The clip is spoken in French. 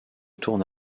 tourne